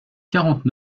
quarante